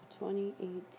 2018